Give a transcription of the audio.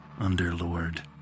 Underlord